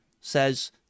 says